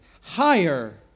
higher